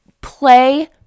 play